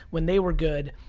when they were good,